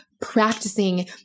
Practicing